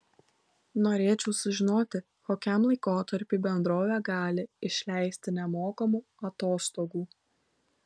norėčiau sužinoti kokiam laikotarpiui bendrovė gali išleisti nemokamų atostogų